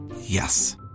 Yes